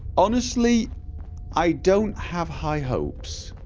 honestly i don't have high hopes